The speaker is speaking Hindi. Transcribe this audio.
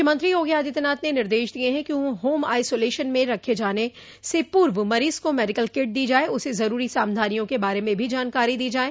मुख्यमंत्री योगी आदित्यनाथ ने निर्देश दिये है कि होम आइसोलेशन में रखने जाने से पूर्व मरीज को मेडिकल किट दी जाये उसे जरूरी सावधानियों के बारे में भी जानकारी दी जाये